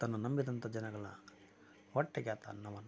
ತನ್ನ ನಂಬಿದಂತ ಜನಗಳ ಹೊಟ್ಟೆಗೆ ಆತ ಅನ್ನವನ್ನು